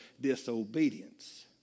disobedience